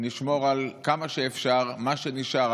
נשמור כמה שאפשר על מה שנשאר,